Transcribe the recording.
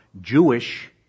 Jewish